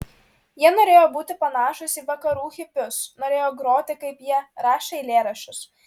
jie norėjo būti panašūs į vakarų hipius norėjo groti kaip jie rašė eilėraščius